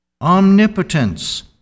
omnipotence